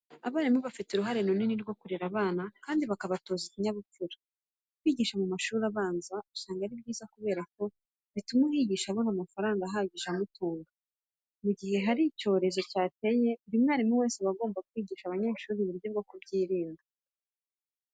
Abarimu bafite uruhare runini rwo kurera abana kandi bakabatoza ikinyabupfura. Kwigisha mu mashuri abanza, usanga ari byiza kubera ko bituma uhigisha abona amafaranga ahagije amutunga. Mu gihe hari icyorezo cyateye buri mwarimu wese aba agomba kwigisha abanyeshuri uburyo bwo kucyirinda.